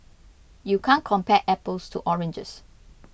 you can't compare apples to oranges